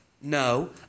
No